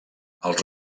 els